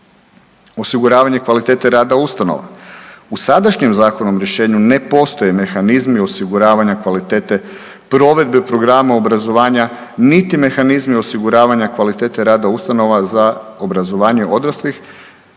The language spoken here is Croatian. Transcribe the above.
Osiguravanje kvalitete rada ustanova u sadašnjem zakonskom rješenju ne postoje mehanizmi osiguravanja kvalitete provedbe programa obrazovanja niti mehanizmi osiguravanja kvalitete rada ustanova za obrazovanje odraslih